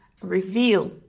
reveal